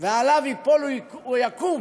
ועליו ייפול או יקום